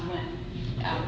when it was